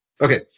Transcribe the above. Okay